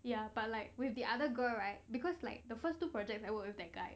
ya but like with the other girl right because like the first two projects I work with that guy